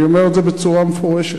אני אומר את זה בצורה מפורשת.